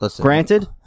Granted